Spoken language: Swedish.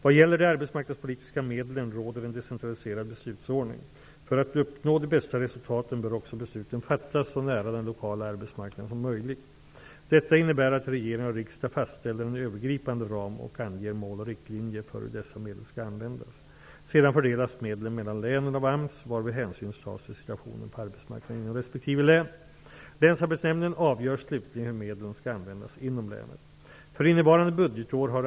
Vad gäller de arbetsmarknadspolitiska medlen råder en decentraliserad beslutsordning. För att uppnå de bästa resultaten bör också besluten fattas så nära den lokala arbetsmarknaden som möjligt. Detta innebär att regering och riksdag fastställer en övergripande ram och anger mål och riktlinjer för hur dessa medel skall användas. Sedan fördelas medlen mellan länen av AMS, varvid hänsyn tas till situationen på arbetsmarknaden inom respektive län. Länsarbetsnämnden avgör slutligen hur medlen skall användas inom länet.